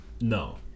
No